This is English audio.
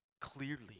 Clearly